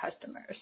customers